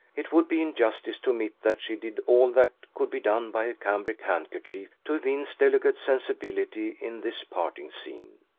it would be injustice to omit that she did all that could be done by a cambric handkerchief to evince delicate sensibility in this parting scene.